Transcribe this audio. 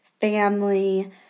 family